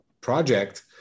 project